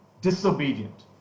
disobedient